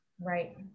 Right